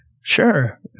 Sure